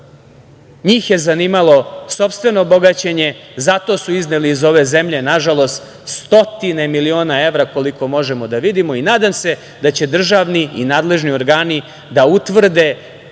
njih je zanimalo sopstveno bogaćenje, zato su izneli iz ove zemlje, nažalost stotine miliona evra koliko možemo da vidimo i nadam se da će državni i nadležni organi da utvrde